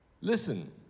Listen